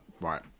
right